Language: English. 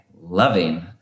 loving